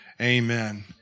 Amen